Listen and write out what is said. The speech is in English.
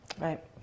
right